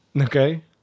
Okay